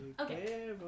Okay